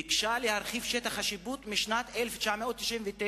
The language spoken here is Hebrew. ביקשה להרחיב את שטח השיפוט משנת 1999,